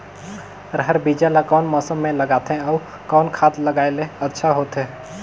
रहर बीजा ला कौन मौसम मे लगाथे अउ कौन खाद लगायेले अच्छा होथे?